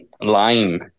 lime